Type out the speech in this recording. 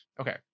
okay